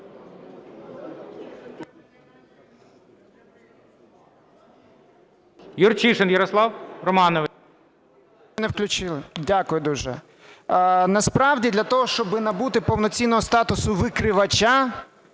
Насправді для того, щоб набути повноцінного статусу "викривача",